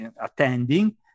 attending